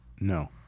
No